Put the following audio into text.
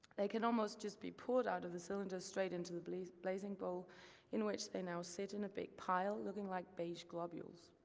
they can almost just be poured out of the cylinder straight into the blazing blazing bowl in which they now sit in a big pile looking like beige globules.